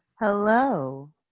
Hello